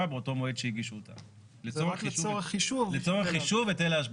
באותו מועד שהגישו אותה לצורך חישוב היטל ההשבחה.